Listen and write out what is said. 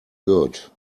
good